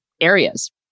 areas